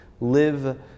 live